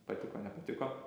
patiko nepatiko